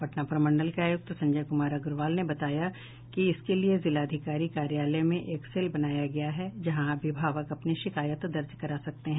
पटना प्रमंडल के आयुक्त संजय कुमार अग्रवाल ने बताया कि इसके लिए जिलाधिकारी कार्यालय में एक सेल बनाया गया है जहां अभिभावक अपनी शिकायत दर्ज करा सकते हैं